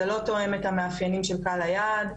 זה לא תואם את מאפיינים של קהל היעד,